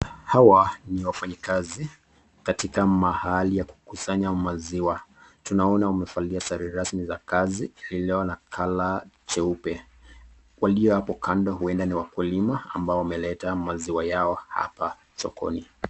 Hawa ni wafanyikazi katika mahali ya kukusanya maziwa tunawaona wamevalia sare rasmi za kazi iliyo na kala jeupe. Walio hapo kando huenda ni wakulima ambao wameleta maziwa yao hapa sokoni.